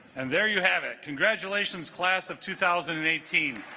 and there you have it congratulations class of two thousand and eighteen